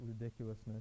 ridiculousness